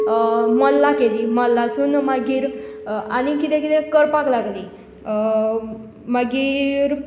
मल्लां केलीं मल्लांसून मागीर आनीक कितें कितें करपाक लागलीं अ मागीर